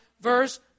verse